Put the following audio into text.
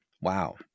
Wow